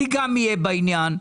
גם אני אהיה בעניין.